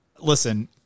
listen